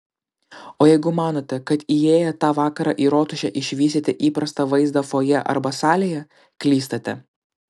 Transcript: o jeigu manote kad įėję tą vakarą į rotušę išvysite įprastą vaizdą fojė arba salėje klystate